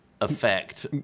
effect